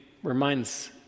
Reminds